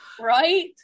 right